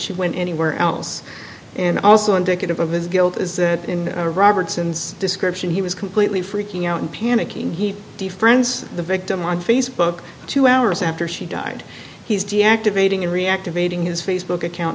she went anywhere else and also indicative of his guilt is that in a robertson's description he was completely freaking out and panicking he d friends the victim on facebook two hours after she died he's deactivating in reactivating his facebook account